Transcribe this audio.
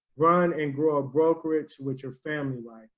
run and grow a brokerage with your family life.